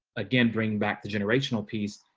again bring back the generational piece.